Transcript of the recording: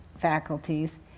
faculties